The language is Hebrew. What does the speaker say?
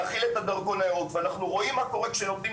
להחיל את הדרכון הירוק ואנחנו רואים מה קורה כשנותנים